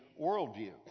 worldview